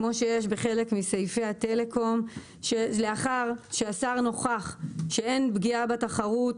כמו שיש בחלק מסעיפי הטלקום לאחר שהשר נוכח שאין פגיעה בתחרות,